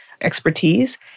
expertise